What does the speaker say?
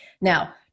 Now